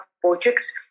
projects